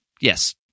Yes